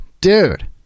dude